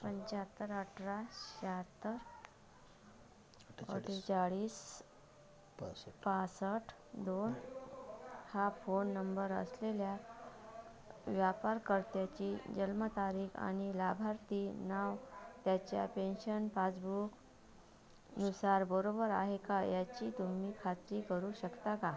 पंच्याहत्तर अठरा शाहत्तर अठ्ठेचाळीस पासष्ट दोन हा फोन नंबर असलेल्या वापरकर्त्याची जन्मतारीख आणि लाभार्थी नाव त्याच्या पेंशन पासबुकनुसार बरोबर आहे का याची तुम्ही खात्री करू शकता का